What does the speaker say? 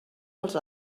els